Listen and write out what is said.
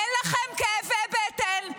אין לכם כאבי בטן,